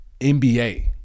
NBA